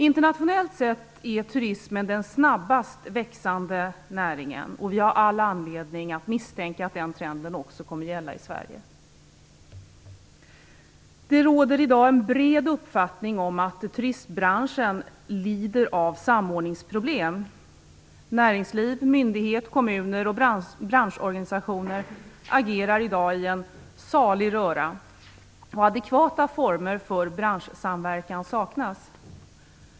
Internationellt sett är turismen den snabbast växande näringen, och jag har all anledning att misstänka att den trenden också kommer att gälla i Sverige. Det råder i dag en bred uppfattning om att turistbranschen lider av samordningsproblem. Näringsliv, myndighet, kommuner och branschorganisationer agerar i dag i en salig röra. Adekvata former för branschsamverkan saknas.